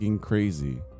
crazy